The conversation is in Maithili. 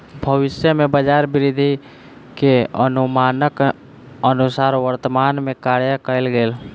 भविष्य में बजार वृद्धि के अनुमानक अनुसार वर्तमान में कार्य कएल गेल